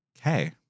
Okay